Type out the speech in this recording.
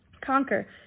conquer